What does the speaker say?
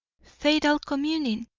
fatal communing!